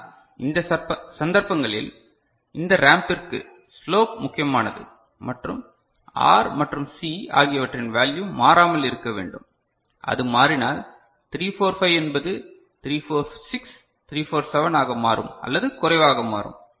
ஆனால் இந்த சந்தர்ப்பங்களில் இந்த ரேம்ப்பிற்கு ஸ்லோப் முக்கியமானது மற்றும் ஆர் மற்றும் சி ஆகியவற்றின் வேல்யு மாறாமல் இருக்க வேண்டும் அது மாறினால் 345 என்பது 346 347 ஆக மாறும் அல்லது குறைவாக மாறும்